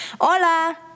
Hola